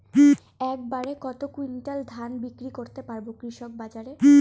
এক বাড়ে কত কুইন্টাল ধান বিক্রি করতে পারবো কৃষক বাজারে?